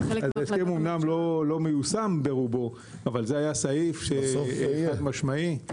אמנם לא מיושם ברובו אבל זה היה סעיף חד משמעי.